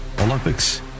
Olympics